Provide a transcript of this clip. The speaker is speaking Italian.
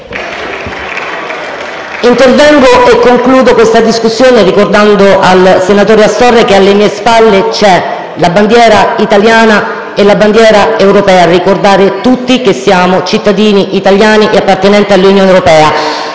Intervengo a conclusione di questa discussione ricordando al senatore Astorre che alle mie spalle c'è la bandiera italiana insieme a quella europea, per ricordare che siamo tutti cittadini italiani e appartenenti all'Unione europea.